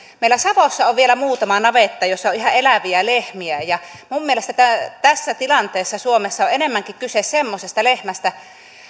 meillä savossa on vielä muutama navetta jossa on ihan eläviä lehmiä ja minun mielestäni tässä tilanteessa suomessa on enemmänkin kyse semmoisesta lehmästä